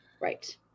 right